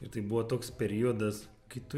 ir tai buvo toks periodas kai tu